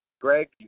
Greg